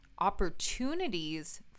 opportunities